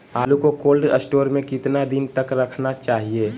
आलू को cold store में कितना दिन तक रखना चाहिए?